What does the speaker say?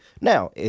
Now